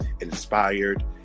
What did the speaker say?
inspired